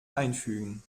einfügen